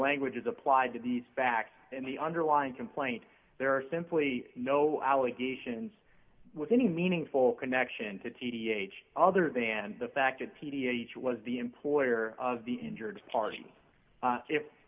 language is applied to these facts and the underlying complaint there are simply no allegations with any meaningful connection to th other than the fact that p t h was the employer of the injured party